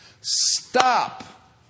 Stop